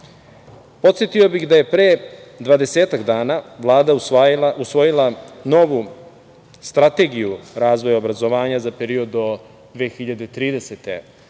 praksi. Podsetio bih da je pre dvadesetak dana Vlada usvojila novu Strategiju razvoja obrazovanja za period do 2030.